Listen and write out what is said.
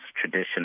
tradition